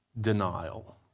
denial